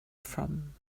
from